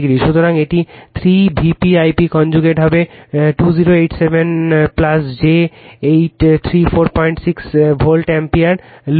সুতরাং এটি 3 Vp I p conjugate হবে 2087 j 8346 ভোল্ট অ্যাম্পিয়ার লোড